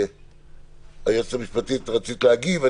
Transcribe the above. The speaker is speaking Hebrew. היועצת המשפטית, רצית להגיב.